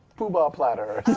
poobah platter?